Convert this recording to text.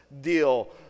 deal